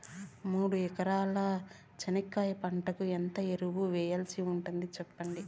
మూడు ఎకరాల చెనక్కాయ పంటకు ఎంత ఎరువులు వేయాల్సి ఉంటుంది సెప్పండి?